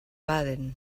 baden